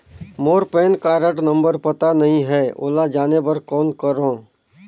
मोर PAN card number पता नहीं है, ओला जाने बर कौन करो?